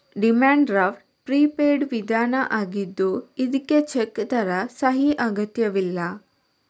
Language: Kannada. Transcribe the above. ಡಿಮ್ಯಾಂಡ್ ಡ್ರಾಫ್ಟ್ ಪ್ರಿಪೇಯ್ಡ್ ವಿಧಾನ ಆಗಿದ್ದು ಇದ್ಕೆ ಚೆಕ್ ತರ ಸಹಿ ಅಗತ್ಯವಿಲ್ಲ